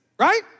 Right